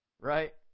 Right